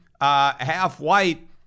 half-white